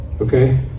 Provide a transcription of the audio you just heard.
okay